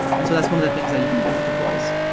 and so that's one of the things that you can do with deploys.